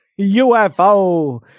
UFO